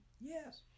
Yes